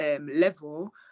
level